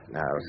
Now